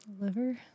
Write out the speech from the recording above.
liver